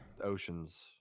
Oceans